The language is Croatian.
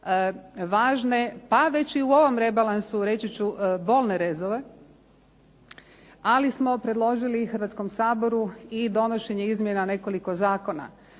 pa već i u ovom rebalansu reći ću, bolne rezove, ali smo predložili Hrvatskom saboru i donošenje izmjena nekoliko zakona.